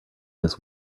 this